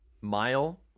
Mile